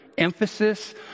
emphasis